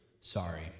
Sorry